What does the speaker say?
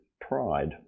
pride